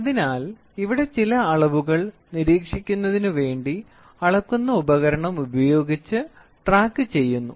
അതിനാൽ ഇവിടെ ചില അളവുകൾ നിരീക്ഷിക്കുന്നതിന് വേണ്ടി അളക്കുന്ന ഉപകരണം ഉപയോഗിച്ച് ട്രാക്കുചെയ്യുന്നു